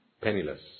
Penniless